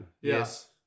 Yes